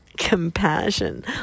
compassion